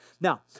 Now